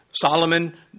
Solomon